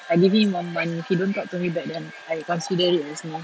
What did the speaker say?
I give him one month if he don't talk to me by then I consider it as no